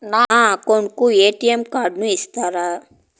నా అకౌంట్ కు ఎ.టి.ఎం కార్డును ఇస్తారా